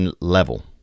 level